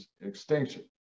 extinction